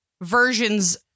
versions